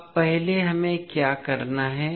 अब पहले हमें क्या करना है